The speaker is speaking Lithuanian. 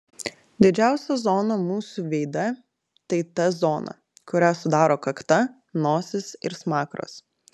didžiausia zona mūsų veide tai t zona kurią sudaro kakta nosis ir smakras